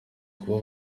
kuba